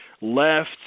left